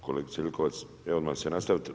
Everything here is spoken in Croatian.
Kolegice Jelkovac, odmah ću se nastaviti.